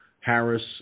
Harris